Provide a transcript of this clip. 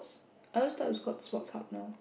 I always thought it's called Sports Hub now